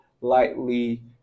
lightly